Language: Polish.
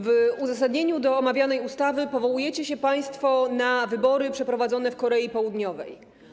W uzasadnieniu omawianej ustawy powołujecie się państwo na wybory przeprowadzone w Korei Południowej.